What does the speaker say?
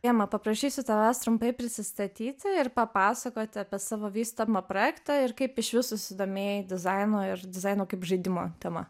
ema paprašysiu tavęs trumpai prisistatyti ir papasakoti apie savo vystymą projektą ir kaip išvis susidomėjai dizainu ir dizaino kaip žaidimo tema